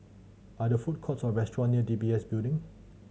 are there food courts or restaurant near D B S Building